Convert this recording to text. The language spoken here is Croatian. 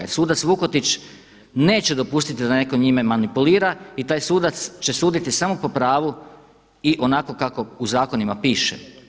Jer sudac Vukotić neće dopustiti da netko njime manipulira i taj sudac će suditi samo po pravu i onako kako u zakonima piše.